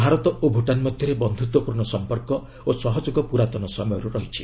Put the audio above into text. ଭାରତ ଓ ଭୁଟାନ୍ ମଧ୍ୟରେ ବନ୍ଧତ୍ୱପୂର୍ଣ୍ଣ ସମ୍ପର୍କ ଓ ସହଯୋଗ ପୁରାତନ ସମୟରୁ ରହିଛି